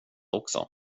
också